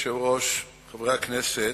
אדוני היושב-ראש, חברי הכנסת,